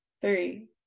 three